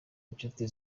inshuti